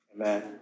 amen